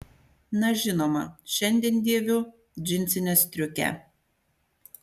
na žinoma šiandien dėviu džinsinę striukę